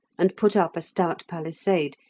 and put up a stout palisade,